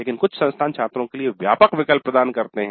लेकिन कुछ संस्थान छात्रों के लिए व्यापक विकल्प प्रदान करते हैं